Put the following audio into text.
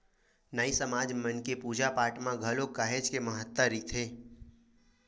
नाई समाज मन के पूजा पाठ म घलो काहेच के महत्ता रहिथे